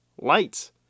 lights